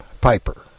Piper